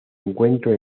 encuentro